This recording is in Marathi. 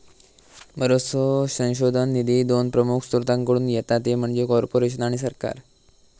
बरोचसो संशोधन निधी दोन प्रमुख स्त्रोतांकडसून येता ते म्हणजे कॉर्पोरेशन आणि सरकार